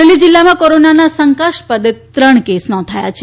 અમરેલી જિલ્લામાં કોરોનના શંકાસ્પદ ત્રણ કેસ નોધાયા છે